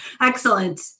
Excellent